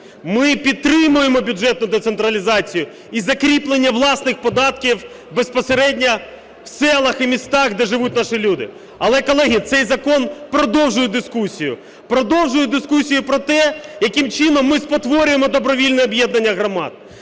Ми підтримуємо бюджетну децентралізацію і закріплення власних податків безпосередньо в селах і містах, де живуть наші люди. Але, колеги, цей закон продовжує дискусію. Продовжує дискусію про те, яким чином ми спотворюємо добровільне об'єднання громад.